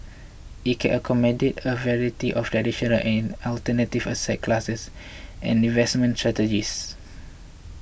it can accommodate a variety of traditional and alternative asset classes and investment strategies